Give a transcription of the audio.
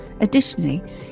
Additionally